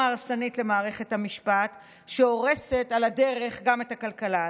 הרסנית למערכת המשפט שהורסת על הדרך גם את הכלכלה.